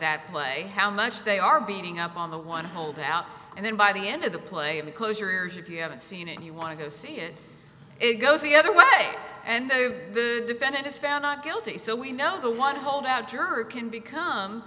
that play how much they are beating up on the one holdout and then by the end of the play and close your ears if you haven't seen it you want to go see it it goes the other way and the defendant is found not guilty so we know the one holdout juror can become